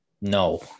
No